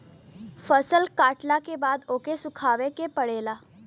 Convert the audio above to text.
फसल कटला के बाद ओके सुखावे के पड़ेला